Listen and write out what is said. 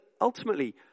ultimately